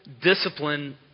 discipline